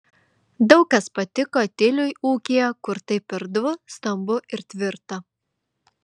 daug kas patiko tiliui ūkyje kur taip erdvu stambu ir tvirta